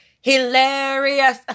Hilarious